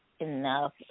enough